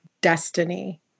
destiny